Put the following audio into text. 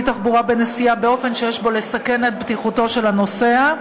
תחבורה בנסיעה באופן שיש בו לסכן את בטיחותו של הנוסע,